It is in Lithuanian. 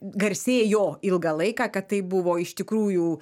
garsėjo ilgą laiką kad tai buvo iš tikrųjų